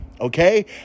okay